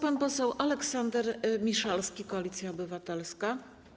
Pan poseł Aleksander Miszalski, Koalicja Obywatelska.